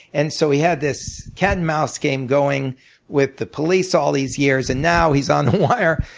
and so he had this cat and mouse game going with the police all these years, and now he's on the wire